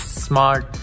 smart